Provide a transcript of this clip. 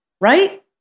right